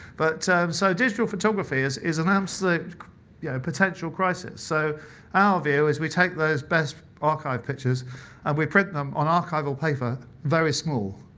but so digital photography photography is an absolute yeah potential crisis. so our view is we take those best archive pictures and we print them on archival paper very small,